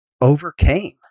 overcame